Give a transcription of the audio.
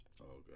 okay